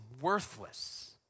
worthless